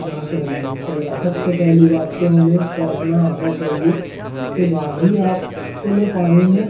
آنا چاہیے تیرا سب سے پہلی بات تو ہمیں تیرنا آنا چاہیے اس کے بعد ہی آپ کھلے پانی میں